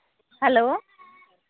hello